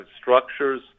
structures